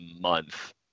month